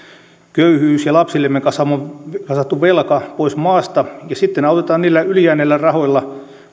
köyhyys ja lapsillemme kasattu velka pois maasta sitten autetaan niillä yli jääneillä rahoilla